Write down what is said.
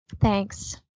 Thanks